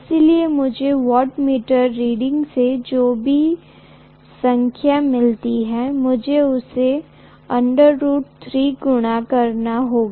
इसलिए मुझे wattmeter reading से जो भी संख्या मिलती है मुझे उसे गुणा करना होगा